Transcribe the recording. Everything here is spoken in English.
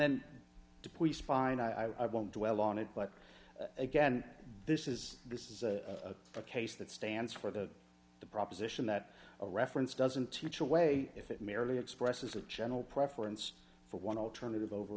then the police find i won't dwell on it but again this is this is a case that stands for the proposition that a reference doesn't teach a way if it merely expresses a general preference for one alternative over